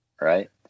Right